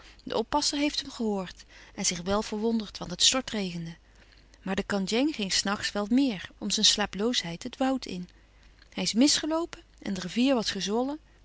de oppasser heeft hem gehoord en zich wel verwonderd want het stortregende maar de kandjeng ging s nachts wel meer om zijn slaaploosheid het woud in hij is misgeloopen en de rivier was gezwollen